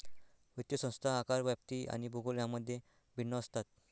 वित्तीय संस्था आकार, व्याप्ती आणि भूगोल यांमध्ये भिन्न असतात